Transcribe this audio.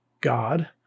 God